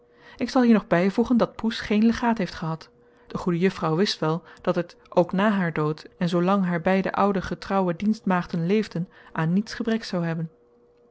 ik zal hier nog bijvoegen dat poes geen legaat heeft gehad de goede juffrouw wist wel dat het ook na haar dood en zoo lang haar beide oude getrouwe dienstmaagden leefden aan niets gebrek zoû hebben